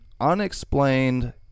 unexplained